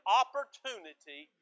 opportunity